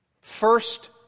First